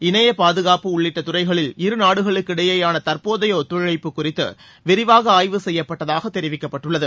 இணைய பாதுகாப்பு உள்ளிட்ட துறைகளில் இருநாடுகளுக்கிடையேயான தற்போதைய ஒத்துழழப்பு குறித்து விரிவாக ஆய்வு செய்யப்பட்டதாக தெரிவிக்கப்பட்டுள்ளது